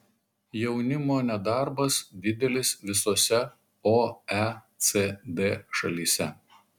jaunimo nedarbas didelis visose oecd šalyse